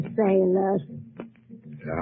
sailors